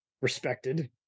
respected